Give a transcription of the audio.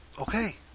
Okay